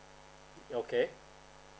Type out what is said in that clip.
okay